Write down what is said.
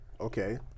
Okay